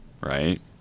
right